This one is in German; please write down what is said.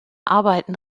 arbeiten